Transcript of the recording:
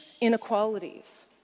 inequalities